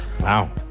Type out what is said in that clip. Wow